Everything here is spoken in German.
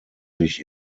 sich